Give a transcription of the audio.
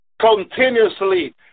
continuously